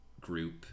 group